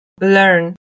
learn